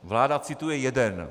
Vláda cituje jeden.